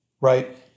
right